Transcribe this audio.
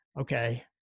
okay